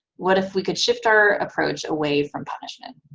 what if we could shift our approach away from punishment.